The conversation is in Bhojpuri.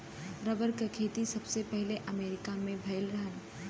रबर क खेती सबसे पहिले अमरीका में भयल रहल